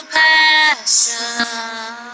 passion